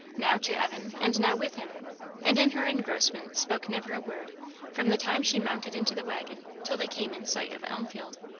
now to evan and now with him and in her engrossment spoke never a word from the time she mounted into the waggon till they came in sight of elmfield.